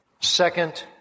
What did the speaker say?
Second